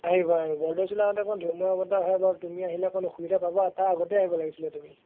আহিব আহিব বৰদৈচিলা আহোঁতে অলপ ধুমুহা বতাহ হয় বাৰু তুমি আহিলে অকণমান অসুবিধা পাবা তাৰ আগতেই আহিব লাগিছিলে তুমি